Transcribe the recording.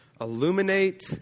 illuminate